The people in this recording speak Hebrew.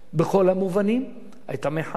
ובכל המובנים היא היתה מחאה,